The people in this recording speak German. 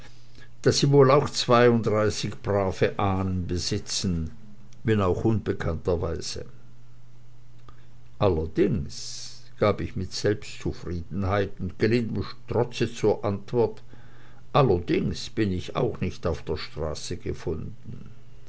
daß sie wohl auch zweiunddreißig brave ahnen besitzen wenn auch unbekannterweise allerdings gab ich mit selbstzufriedenheit und gelindem trotze zur antwort allerdings bin ich auch nicht auf der straße gefunden